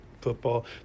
football